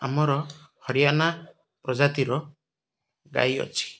ଆମର ହରିୟଣା ପ୍ରଜାତିର ଗାଈ ଅଛି